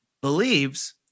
believes